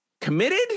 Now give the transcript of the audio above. Committed